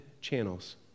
channels